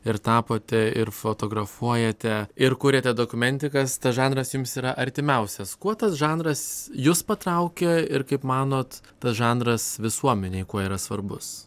ir tapote ir fotografuojate ir kuriate dokumentikas tas žanras jums yra artimiausias kuo tas žanras jus patraukia ir kaip manot tas žanras visuomenei kuo yra svarbus